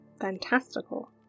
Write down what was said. fantastical